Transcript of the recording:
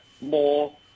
more